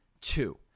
two